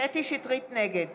נגד